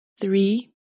three